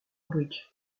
bridge